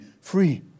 free